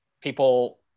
people